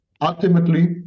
ultimately